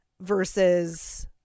versus